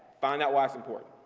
find out why it's important.